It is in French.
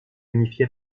unifié